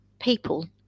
people